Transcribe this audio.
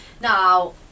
Now